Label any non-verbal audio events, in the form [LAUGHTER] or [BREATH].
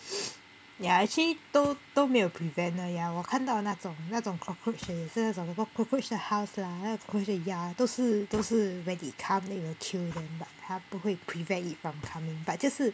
[BREATH] ya actually 都都没有 prevent !aiya! 我看到那种那种 cockroach 也是那种 cockroach the house lah 还有 cockroach 的药都是都是 when it come then will kill but 它不会 prevent it from coming but 就是